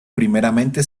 primeramente